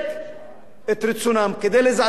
כדי לזעזע את ביטחונם העצמי,